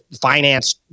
finance